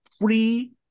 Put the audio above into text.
three